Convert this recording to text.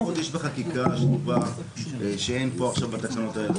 איזה חובות יש בחקיקה שקובע שאין פה עכשיו בתקנות האלה?